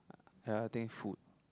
ya I think food